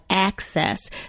access